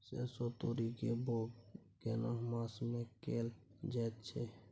सरसो, तोरी के बौग केना मास में कैल जायत छै?